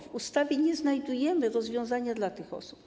W ustawie nie znajdujemy rozwiązania dla tych osób.